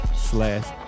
slash